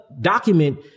document